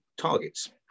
targets